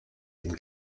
ihm